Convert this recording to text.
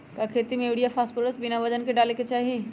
का खेती में यूरिया फास्फोरस बिना वजन के न डाले के चाहि?